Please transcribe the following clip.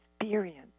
experience